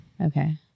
Okay